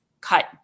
cut